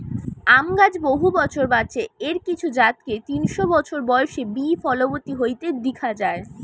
আম গাছ বহু বছর বাঁচে, এর কিছু জাতকে তিনশ বছর বয়সে বি ফলবতী হইতে দিখা যায়